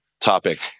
topic